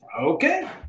okay